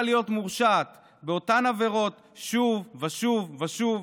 להיות מורשעת באותן עבירות שוב ושוב ושוב,